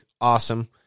awesome